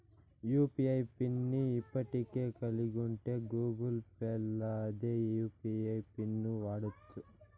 UPI pin ని ఇప్పటికే కలిగుంటే గూగుల్ పేల్ల అదే యూ.పి.ఐ పిన్ను వాడచ్చు